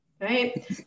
right